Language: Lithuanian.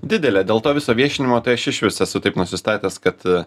didelė dėl to viso viešinimo tai aš išvis esu taip nusistatęs kad